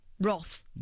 Roth